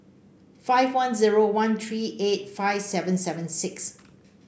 five one zero one three eight five seven seven six